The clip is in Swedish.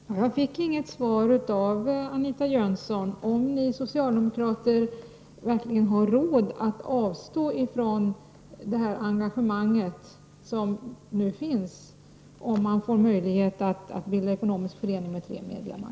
Herr talman! Jag fick inget svar från Anita Jönsson om ni socialdemokrater verkligen har råd att avstå från det engagemang som kan bli följden, om det ges möjlighet att bilda ekonomiska föreningar med tre medlemmar.